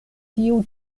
tiu